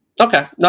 Okay